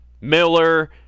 Miller